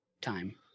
time